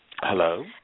Hello